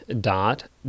dot